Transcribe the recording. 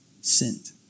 sent